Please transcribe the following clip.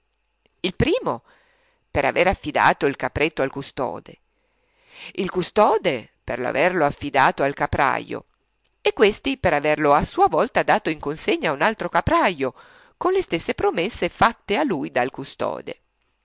il primo per aver affidato il capretto al custode il custode per averlo affidato al caprajo e questi per averlo a sua volta dato in consegna a un altro caprajo con le stesse promesse fatte a lui dal custode